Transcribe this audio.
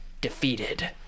defeated